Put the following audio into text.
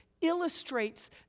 illustrates